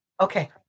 Okay